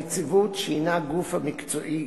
הנציבות, שהיא הגוף המקצועי